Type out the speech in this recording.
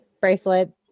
bracelet